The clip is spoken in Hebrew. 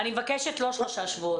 אני מבקשת לא שלושה שבועות.